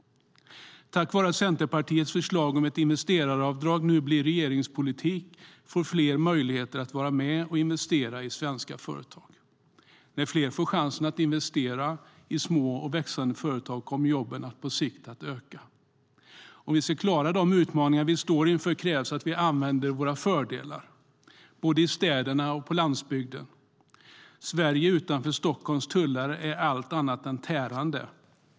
Tack vare att Centerpartiets förslag om ett investeraravdrag nu blir regeringspolitik får fler möjlighet att vara med och investera i svenska företag. När fler får chansen att investera i små och växande företag kommer jobben på sikt att öka. Om vi ska klara de utmaningar vi står inför krävs att vi använder våra fördelar, både i städerna och på landsbygden. Sverige utanför Stockholms tullar är allt annat än tärande.